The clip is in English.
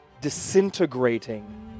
disintegrating